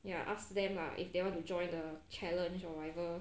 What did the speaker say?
ya ask them lah if they want to join the challenge or whatever